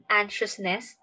anxiousness